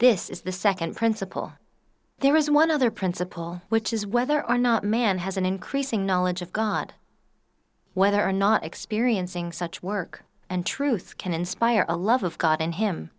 this is the nd principle there is one other principle which is whether or not man has an increasing knowledge of god whether or not experiencing such work and truth can inspire a love of god in him